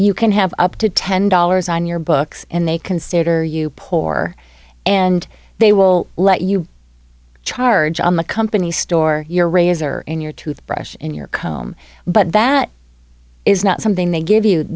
you can have up to ten dollars on your books and they consider you poor and they will let you charge on the company's store your razor in your tooth brush in your comb but that is not something they give you the